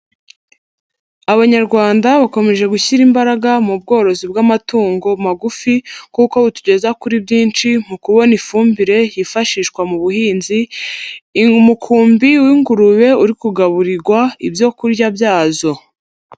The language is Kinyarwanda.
Abanyarwanda bakomeje gushyira imbaraga mu bworozi bw'amatungo magufi kuko butugeza kuri byinshi mu kubona ifumbire hifashishwa mu buhinzi, umukumbi w'ingurube uri kugaburirwa ibyo kurya byazo.